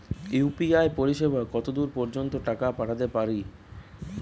UPI পরিসেবা কতদূর পর্জন্ত টাকা পাঠাতে পারি?